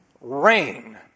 rain